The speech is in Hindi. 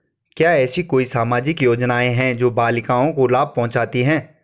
क्या ऐसी कोई सामाजिक योजनाएँ हैं जो बालिकाओं को लाभ पहुँचाती हैं?